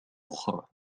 أخرى